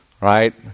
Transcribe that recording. Right